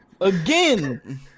Again